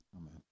amen